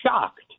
shocked